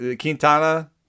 Quintana